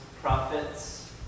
prophets